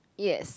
yes